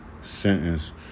sentence